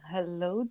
Hello